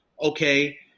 Okay